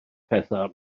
pethau